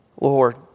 Lord